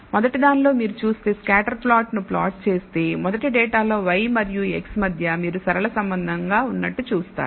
మొదటిదానిలో మీరు చూస్తే స్కాటర్ ప్లాట్ను ప్లాట్ చేస్తే మొదటి డేటాలో y మరియు x మధ్య మీరు సరళం సంబంధంగా ఉన్నట్లు చూస్తారు